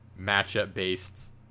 matchup-based